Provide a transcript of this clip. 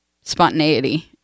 spontaneity